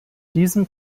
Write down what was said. diesem